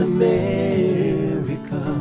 America